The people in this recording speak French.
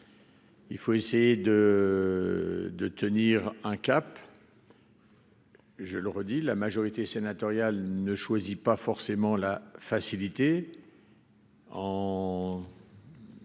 Il faut essayer de, de tenir un cap. Je le redis, la majorité sénatoriale ne choisit pas forcément la facilité.